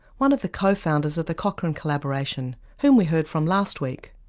one of the co-founders of the cochrane collaboration whom we heard from last week.